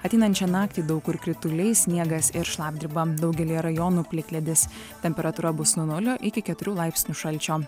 ateinančią naktį daug kur krituliai sniegas ir šlapdriba daugelyje rajonų plikledis temperatūra bus nuo nulio iki keturių laipsnių šalčio